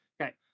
Okay